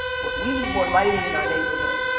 we need more lighting in our neighborhood,